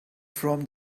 from